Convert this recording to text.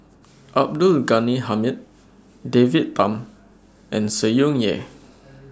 Abdul Ghani Hamid David Tham and Tsung Yeh